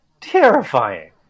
terrifying